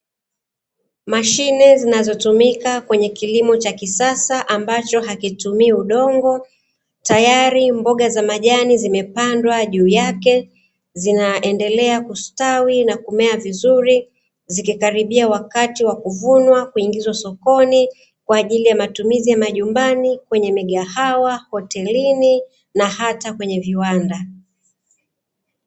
Mashine zinazotumika kwenye kilimo cha kisasa ambacho hakitumii udongo, tayari mboga za majani zimepandwa juu yake zinaendelea kustawi na kumea vizuri, zikikaribia wakati wakuvunwa kuingizwa sokoni, kwa ajili ya matumizi ya majumbani, kwenye migahawa, hotelini na hata kweye viwanda.